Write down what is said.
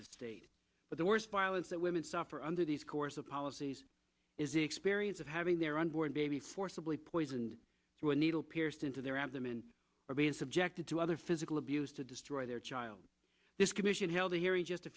the state but the worst violence that women suffer under these course of policies is the experience of having their unborn baby forcibly poisoned through a needle pierced into their abdomen or being subjected to other physical abuse to destroy their child this commission held a hearing just a